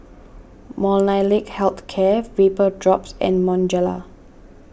Molnylcke Health Care Vapodrops and Bonjela